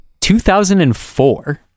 2004